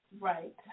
Right